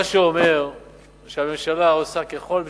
מה שאומר שהממשלה עושה ככל שביכולתה,